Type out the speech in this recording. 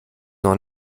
noch